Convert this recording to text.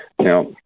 Now